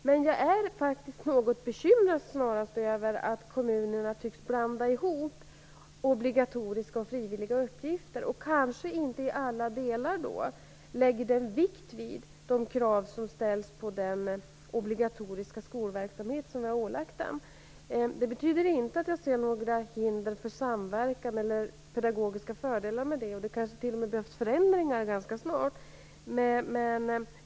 Men jag är något bekymrad över att kommunerna tycks blanda ihop obligatoriska och frivilliga uppgifter och kanske inte i alla delar lägger vikt vid de krav som ställs på den obligatoriska skolverksamhet som vi har ålagt dem. Det betyder inte att jag ser några hinder för samverkan eller pedagogiska fördelar med den. Det kanske t.o.m. behövs förändringar ganska snart.